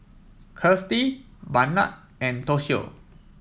Kirstie Barnard and Toshio